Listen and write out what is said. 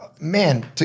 man